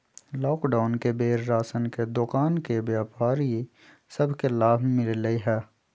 lockdown के बेर में राशन के दोकान के व्यापारि सभ के लाभ मिललइ ह